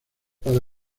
para